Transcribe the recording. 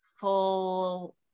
full